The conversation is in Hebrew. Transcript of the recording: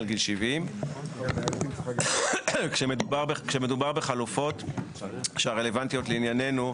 גיל 70. כשמדובר בחלופות רלוונטיות לעניינו,